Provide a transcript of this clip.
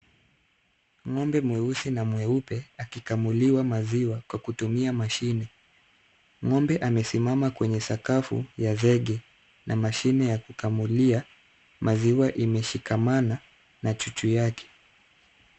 Ng'ombe mweusi na mweupe akikamuliwa maziwa kwa kutumia mashine. Ng'ombe amesimama kwenye sakafu ya zegi na mashine ya kukamulia maziwa imeshikamana na chuchu yake.